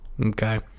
Okay